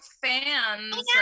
fans